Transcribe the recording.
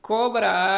Cobra